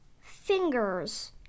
fingers